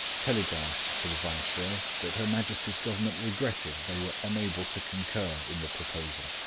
telegraphed to the viceroy that her majesty's government regretted they were unable to concur in the proposal.